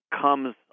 comes